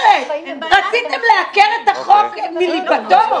רציתם לעקר את החוק מליבתו?